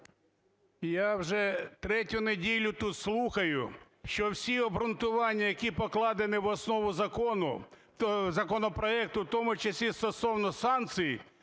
Я вже третю неділю тут слухаю, що всі обґрунтування, які покладені в основу законопроекту, в тому числі стосовно санкцій,